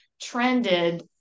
trended